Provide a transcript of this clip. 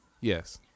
yes